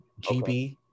GB